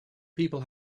people